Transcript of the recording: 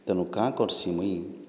ତେଣୁ କାଁ କର୍ସି ମୁଇଁ